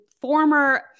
former